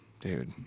dude